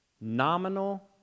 nominal